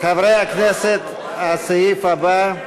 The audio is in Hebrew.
חברי הכנסת, הסעיף הבא,